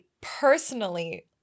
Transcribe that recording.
personally